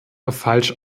falsch